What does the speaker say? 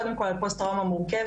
קודם כל על פוסט טראומה מורכבת,